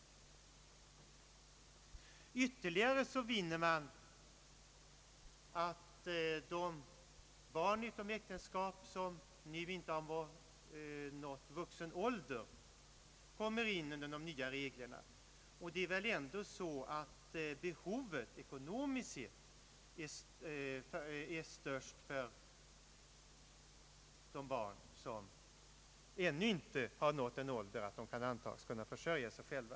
Därmed vinner man ytterligare att de barn utom äktenskap som nu inte har nått vuxen ålder kommer in under de nya reglerna. Det är väl ändå så att det ekonomiska behovet är störst för de barn som ännu inte har nått den ålder att de kan antas vara i stånd att försörja sig själva.